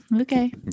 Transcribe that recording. Okay